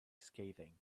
scathing